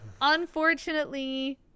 Unfortunately